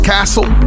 Castle